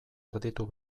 erditu